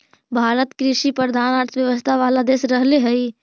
भारत कृषिप्रधान अर्थव्यवस्था वाला देश रहले हइ